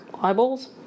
eyeballs